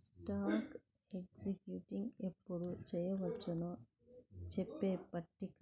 stock exchange ఎప్పుడు చెయ్యొచ్చో చెప్పే పట్టిక